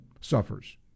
suffers